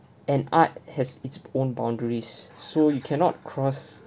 an art has its own boundaries so you cannot cross